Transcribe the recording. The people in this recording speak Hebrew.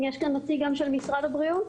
אם יש כאן נציג של משרד הבריאות,